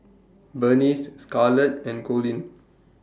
Bernice Scarlet and Colin